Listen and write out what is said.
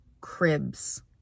cribs